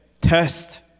test